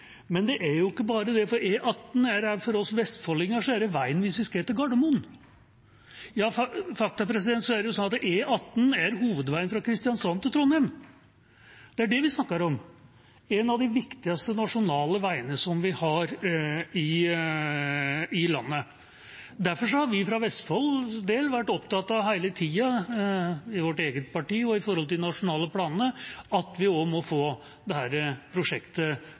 Men det er jo ikke bare det, for E18 er for oss vestfoldinger veien hvis vi skal til Gardermoen, og faktisk er det sånn at E18 er hovedveien fra Kristiansand til Trondheim. Det er det vi snakker om – en av de viktigste nasjonale veiene som vi har i landet. Derfor har vi for Vestfolds del hele tida vært opptatt av, i vårt eget parti og med tanke på de nasjonale planene, at vi også må få dette prosjektet i gang. Sånn sett er det